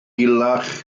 gulach